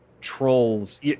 trolls